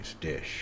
dish